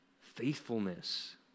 faithfulness